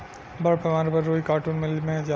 बड़ पैमाना पर रुई कार्टुन मिल मे जाला